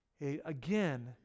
again